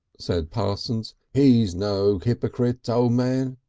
said parsons, he's no hypocrite, o' man.